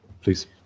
please